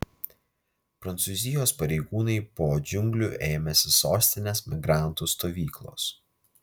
prancūzijos pareigūnai po džiunglių ėmėsi sostinės migrantų stovyklos